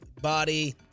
body